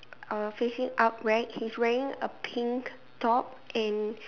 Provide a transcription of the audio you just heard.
uh facing upright he's wearing a pink top and